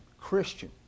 Christian